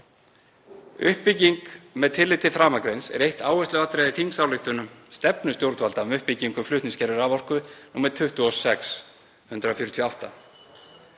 Uppbygging með tilliti til framangreinds er eitt áhersluatriða í þingsályktun um stefnu stjórnvalda um uppbyggingu flutningskerfis raforku, nr. 26/148,